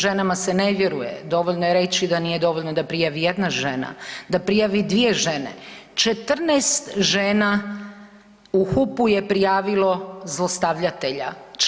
Ženama se ne vjeruje, dovoljno je reći da nije dovoljno da prijavi jedna žena, da prijavi 2 žene, 14 žena u HUP-u je prijavilo zlostavljatelja.